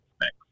next